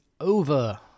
over